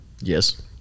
Yes